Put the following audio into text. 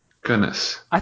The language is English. Goodness